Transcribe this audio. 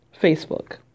Facebook